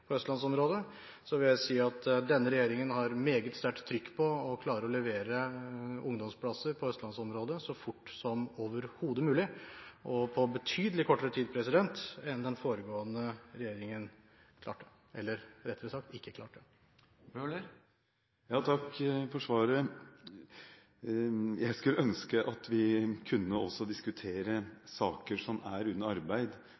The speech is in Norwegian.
østlandsområdet – vil jeg si at denne regjeringen har meget sterkt trykk på å klare å levere ungdomsplasser i østlandsområdet så fort som overhodet mulig, og på betydelig kortere tid enn den foregående regjeringen klarte – eller, rettere sagt, ikke klarte. Takk for svaret. Jeg skulle ønske at vi også kunne diskutere saker som er under arbeid,